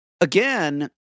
again